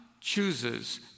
chooses